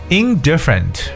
indifferent